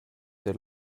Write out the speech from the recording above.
der